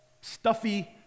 stuffy